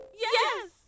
Yes